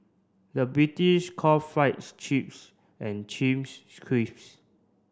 the British call fries chips and chips scrips